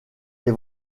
des